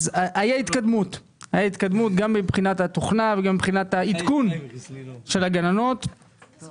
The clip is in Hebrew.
הייתה התקדמות גם מבחינת התוכנה וגם מבחינת העדכון של הגננות אבל